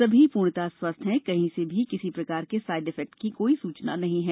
सभी पूर्णतः स्वस्थ हैं तथा कहीं से भी किसी प्रकार के साइड इफेक्ट की कोई सूचना नहीं है